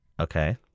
Okay